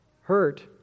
hurt